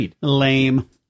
lame